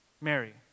Mary